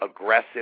aggressive